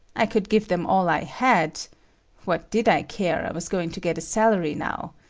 i could give them all i had what did i care, i was going to get a salary now.